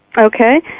Okay